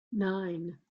nine